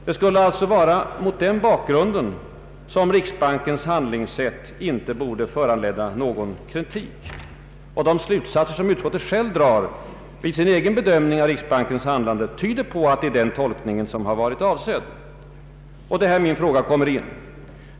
Det skulle alltså vara mot den bakgrunden som riksbankens handlingssätt inte borde föranleda någon kritik. De slutsatser som utskottet drar i sin egen bedömning av riksbankens handlande tyder på att det är denna tolkning som avses. Detta kan icke vara riktigt.